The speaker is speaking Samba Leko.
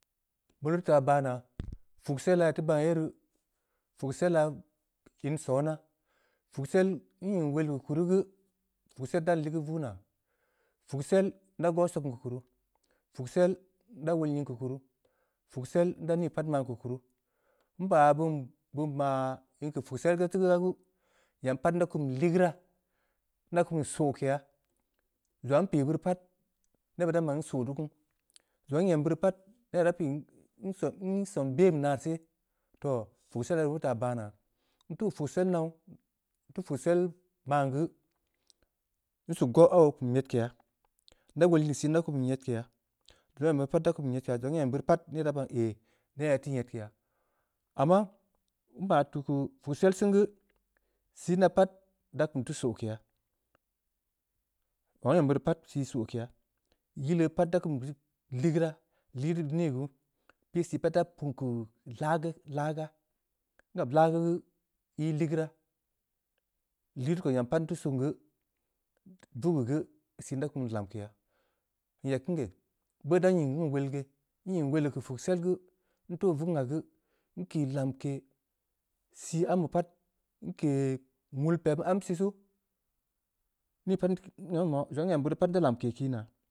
Beu rii taa baa naa, pugsella ii teu baan ye rii, pugsella in sona, pugsel nying wol yi keu kuru geu, pugsel dan ligeud vungha, puksel ndaa goo sugn keu kuruu, puksel nda wol nying keu kuru, puksel nda nii pat maan keu kuruu. nba beun-beun maa in keu puksel taa gaa gu, nyam pat nda kum keu ligeuraa, nda kum soke ya, zong aag npii beurii pat, neb beud idan ban nso teu kunu, zong aah nyem beurii pat ne raa pin nson-nson ben beh naa seh, toh! Puksella rii beu teu taa baa naa, nteu keu puksel now, nteu puksel maan na geeu, nsug gooh da kum nyedkeya, zong aah nyem beurii pat neh da baan eh! Nteu nyedkeya. amma nma tuu keu puksel sen geu, siin naapat da kum teu sokeya, zong aah nyem beuri pat nda kum sokeya. yilesa pat da kum ligeuraa, ligeud nii guu? Yileu da kum keu lagaa, lageu ko ii ligeuraa, ligeud ko nyam geu pat nteu sugn gu, vug ya geu, sin da kum lamkeya, nyeg beungeh, beu dan nying beun wol geh. nying wol yi keu puksel geu, ntoh vug naa geu, nki lamke, sii ambe pat, nkii nwull pep am sisuu, nii pat zongha nyem beuri pat nda lamke kiina.